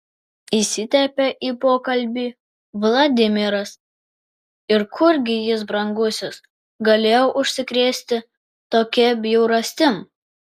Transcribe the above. įsiterpė į pokalbį vladimiras ir kurgi jis brangusis galėjo užsikrėsti tokia bjaurastim